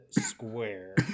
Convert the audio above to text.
square